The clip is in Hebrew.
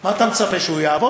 מה אתה מצפה, שהוא יעבוד?